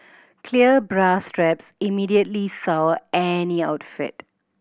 clear bra straps immediately sour any outfit